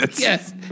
Yes